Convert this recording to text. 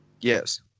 yes